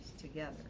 together